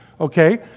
okay